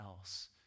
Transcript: else